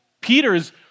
Peter's